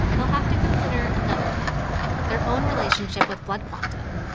they'll have to consider another thing their own relationship with blood quantum.